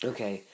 Okay